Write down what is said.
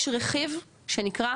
יש רכיב שנקרא,